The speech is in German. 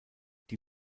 die